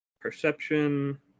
perception